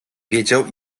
wiedział